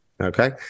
okay